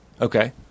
okay